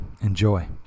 Enjoy